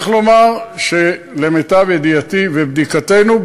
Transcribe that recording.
צריך לומר שלמיטב ידיעתי ובדיקתנו,